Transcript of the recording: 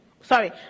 Sorry